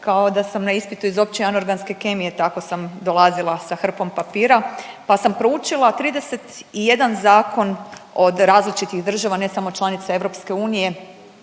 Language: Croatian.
kao da sam na ispitu iz opće anorganske kemije tako sam dolazila sa hrpom papira, pa sam proučila 31 zakona od različitih država ne samo članica EU nego